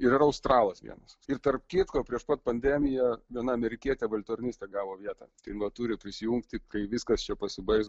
ir australas vienas ir tarp kitko prieš pat pandemiją viena amerikietė valtornistė gavo vietą tai va turi prisijungti kai viskas čia pasibaigs